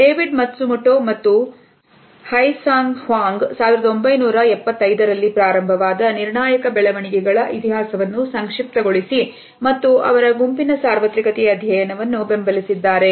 David Matsumoto ಮತ್ತು Hai Song 1975 ರಲ್ಲಿ ಪ್ರಾರಂಭವಾದ ನಿರ್ಣಾಯಕ ಬೆಳವಣಿಗೆಗಳ ಇತಿಹಾಸವನ್ನು ಸಂಕ್ಷಿಪ್ತಗೊಳಿಸಿ ಮತ್ತು ಅವರ ಗುಂಪಿನ ಸಾರ್ವತ್ರಿಕತೆ ಅಧ್ಯಯನವನ್ನು ಬೆಂಬಲಿಸಿದ್ದಾರೆ